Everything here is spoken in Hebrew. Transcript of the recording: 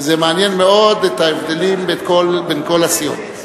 וזה מעניין מאוד, ההבדלים בין כל הסיעות.